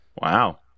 Wow